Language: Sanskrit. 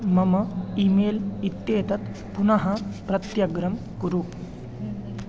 मम ई मेल् इत्येतत् पुनः प्रत्यग्रं कुरु